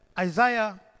Isaiah